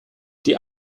die